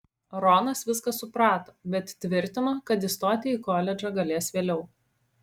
ronas viską suprato bet tvirtino kad įstoti į koledžą galės vėliau